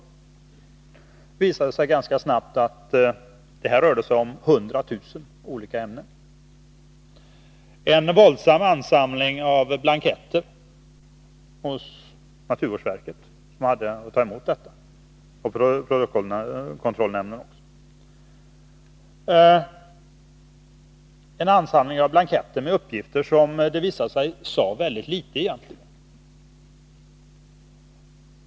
Det visade sig ganska snart att det här rör sig om 100 000 olika ämnen. Det blev en våldsam ansamling av blanketter hos naturvårdsverket och produktkontrollnämnden som hade att ta emot detta. Det var en ansamling av blanketter med uppgifter som egentligen visade sig säga väldigt litet.